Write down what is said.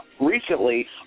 recently